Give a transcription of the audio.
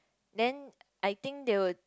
then I think they would